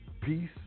peace